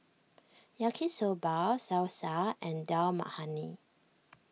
Yaki Soba Salsa and Dal Makhani